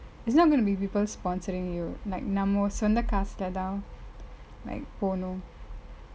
it's not going to be people sponsoring you like நம்ம சொந்த காசுலதா:namme sonthae kaasulethaa like phone: poonu